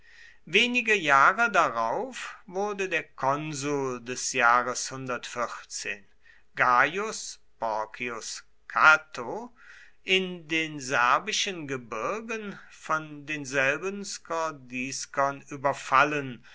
wenige jahre darauf wurde der konsul des jahres gaius porcius cato in den serbischen gebirgen von denselben skordiskern überfallen